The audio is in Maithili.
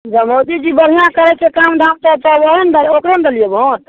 जब मोदीजी बढ़िआँ करै छै काम धाम तब तऽ ओहए ने ओकरे ने देलियै भोंट